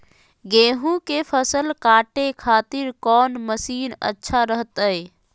गेहूं के फसल काटे खातिर कौन मसीन अच्छा रहतय?